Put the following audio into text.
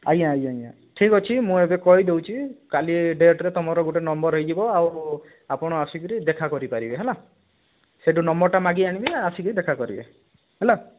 ଆଜ୍ଞା ଆଜ୍ଞା ଆଜ୍ଞା ଠିକ ଅଛି ମୁଁ ଏବେ କହି ଦଉଛି କାଲି ଡେଟରେ ତମର୍ ଗୋଟେ ନମ୍ବର ହେଇଯିବ ଆଉ ଆପଣ ଆସିକରି ଦେଖା କରି ପାରିବେ ହେଲା ସେଠୁ ନମ୍ବରଟା ମାଗି ଆଣିବେ ଆସିକି ଦେଖା କରିବେ ହେଲା